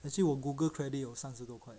actually 我 Google credit 有三十多块